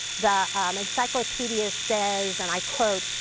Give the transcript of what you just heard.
the um encyclopedia says and i quote,